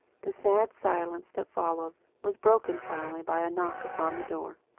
the sad silence that followed was broken finally by a knock upon the door.